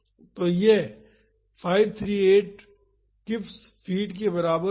तो यह 538 kips feet के बराबर होगा